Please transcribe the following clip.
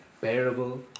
bearable